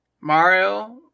Mario